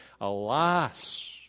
Alas